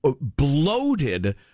bloated